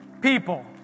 people